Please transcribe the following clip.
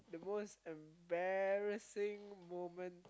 the most embarrassing moment